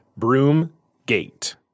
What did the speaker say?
Broomgate